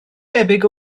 debyg